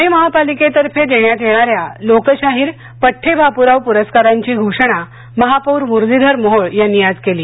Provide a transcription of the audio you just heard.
पुणे महापालिकेतर्फे देण्यात येणाऱ्या लोकशाहीर पद्ने बापूराव पुरस्कारांची घोषणा महापौर मुरलीधर मोहोळ यांनी आज केली